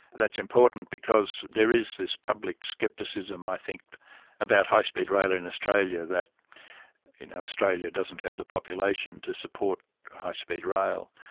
that's important because there is this public scepticism i think about high speed rail in australia, that you know australia doesn't have the population to support high speed rail.